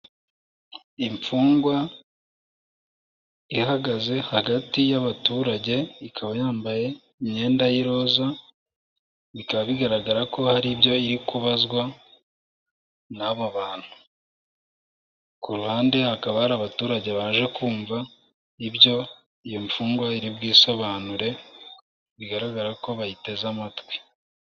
Imfungwa ihagaze hagati y'abaturage ikaba yambaye imyenda y'iroza, bikaba bigaragara ko hari ibyo iri kubazwa n'aba bantu, ku ruhande hakaba hari abaturage baje kumva ibyo iyo mfungwa iri bwisobanure, bigaragara ko bayiteze amatwi.